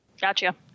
Gotcha